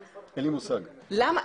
למה?